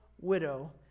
widow